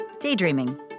daydreaming